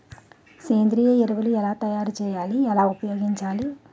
సేంద్రీయ ఎరువులు ఎలా తయారు చేయాలి? ఎలా ఉపయోగించాలీ?